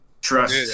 trust